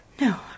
no